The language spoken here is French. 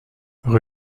rue